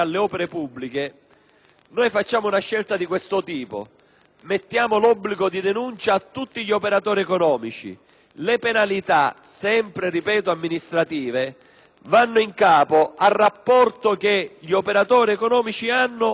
inseriamo l'obbligo di denuncia per tutti gli operatori economici. Le penalità - sempre di carattere amministrativo - vanno in capo al rapporto che gli operatori economici hanno con l'ente pubblico, sia